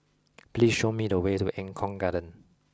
please show me the way to Eng Kong Garden